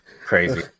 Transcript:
Crazy